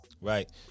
right